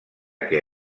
que